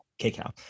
Kcal